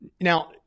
Now